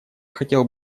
хотел